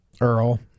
earl